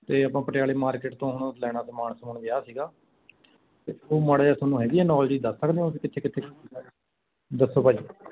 ਅਤੇ ਆਪਾਂ ਪਟਿਆਲੇ ਮਾਰਕੀਟ ਤੋਂ ਹੁਣ ਲੈਣਾ ਸਮਾਨ ਸਮੂਨ ਵਿਆਹ ਸੀਗਾ ਅਤੇ ਉਹ ਮਾੜੇ ਜਿਹਾ ਤੁਹਾਨੂੰ ਹੈਗੀ ਆ ਨੌਲਜ ਦੱਸ ਸਕਦੇ ਹੋ ਕਿੱਥੇ ਕਿੱਥੇ ਦੱਸੋ ਭਾਅ ਜੀ